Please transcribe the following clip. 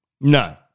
No